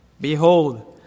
Behold